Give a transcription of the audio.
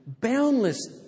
boundless